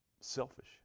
selfish